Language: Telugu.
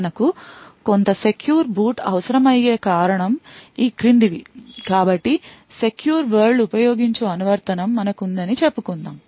మనకు కొంత సెక్యూర్ బూట్ అవసరమయ్యే కారణం ఈ క్రింది వి కాబట్టి secure వరల్డ్ ఉపోయోగించు అనువర్తనం మనకు ఉందని చెప్పుకుందాం